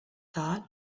thought